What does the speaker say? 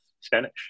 Spanish